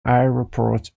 aéroport